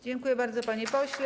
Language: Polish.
Dziękuję bardzo, panie pośle.